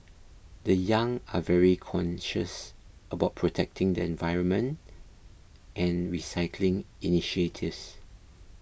the young are very conscious about protecting the environment and recycling initiatives